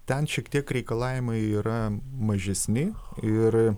ten šiek tiek reikalavimai yra mažesni ir